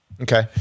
Okay